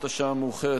לא מוותר.